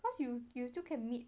you you still can meet